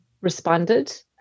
responded